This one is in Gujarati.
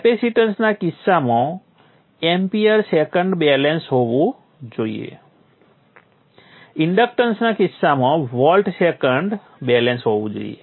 કેપેસિટેન્સના કિસ્સામાં Amp એમ્પિયર સેકન્ડ બેલેન્સ હોવું જોઈએ ઇન્ડક્ટન્સ કિસ્સામાં વોલ્ટ સેકન્ડ બેલેન્સ હોવું જોઈએ